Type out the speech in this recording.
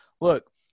Look